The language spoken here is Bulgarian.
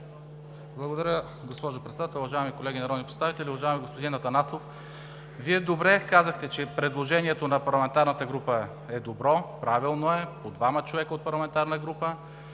Благодаря, госпожо Председател. Уважаеми колеги народни представители! Уважаеми господин Атанасов, Вие добре казахте, че предложението на парламентарната група е добро, правилно е – по двама човека от парламентарна група,